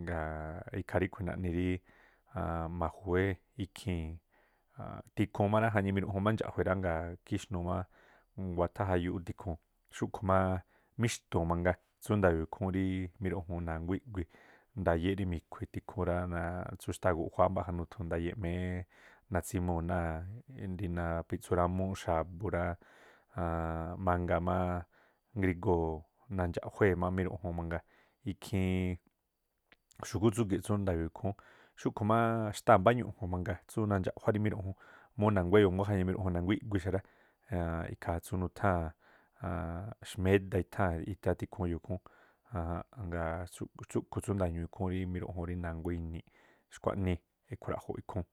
ngaa̱ ikhaa ríꞌkhui̱ na̱ꞌni rí majuwé ikhii̱n, tikhuu má rá jañii̱ miruꞌjun má indxa̱jue̱ ngaa̱ kixnuu máá nguáthá jayuuꞌ ú tikhuu̱n. ꞌxúꞌkhu̱ má míxtu̱u̱n mangaa tsú nadayo̱o̱ ikhúún rí na̱nguá iꞌguii̱, ndayéꞌ rí mi̱khui̱ e̱tha̱ ikhúún ráá tsú xtáa̱ guꞌjuáá mba̱ꞌja nuthu, ndayéꞌ mééꞌ, natsimuu̱ náa̱ napi̱tsu rámúúꞌ xa̱bu̱ rá, mangaa má ngrigo̱o̱ nandxaꞌjuée̱ má miruꞌjun mangaa̱, ikhiin xu̱gúꞌ tsúgi̱ꞌ tsú nda̱yoo̱ ikhúún. Xúꞌkhu̱ máá xtáa̱ mbáá ñu̱ꞌju̱n mangaa tsú nandxaꞌjuá rí miruꞌjun múú na̱nguá e̱yo̱o̱ múú jañiiꞌ mirujun na̱nguá iꞌgui xará, ikhaa tsú nutháa̱n xméda itháa̱n tikhuun e̱yo̱o̱ ikhúún, ajan ngaa̱ tsúꞌkhu̱ tsú nda̱ñuu̱ ikhúún rí miruꞌjun rí na̱nguá ini̱. Xkuánii ikhruaꞌjo̱ ikhúún.